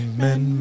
men